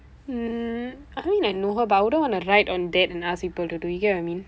hmm I mean I know her but I wouldn't want to ride on that and ask people to do you get what I mean